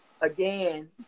again